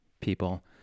people